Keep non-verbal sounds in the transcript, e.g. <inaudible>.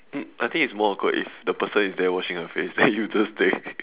um I think it's more awkward if the person is there washing her face then you just take <laughs>